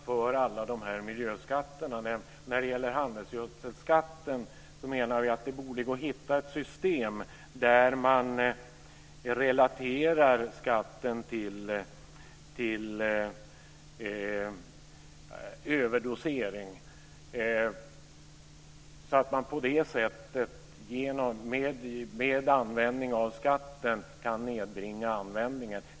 Fru talman! Samma princip måste gälla för alla miljöskatter. Beträffande skatten på handelsgödsel anser vi att det borde gå att hitta ett system där man relaterar skatten till överdosering. På det sättet kan man nedbringa användningen av handelsgödsel.